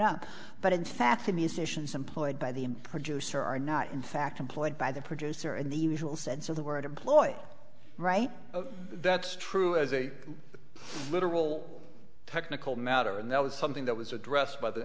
up but in fatih musicians employed by the producer are not in fact employed by the producer in the usual sense of the word employ right that's true as a literal technical matter and that was something that was addressed by the